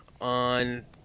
on